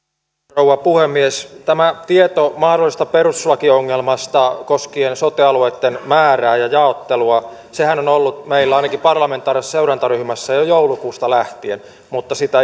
rouva puhemies tämä tietohan mahdollisesta perustuslakiongelmasta koskien sote alueitten määrää ja jaottelua on ollut meillä ainakin parlamentaarisessa seurantaryhmässä jo joulukuusta lähtien mutta sitä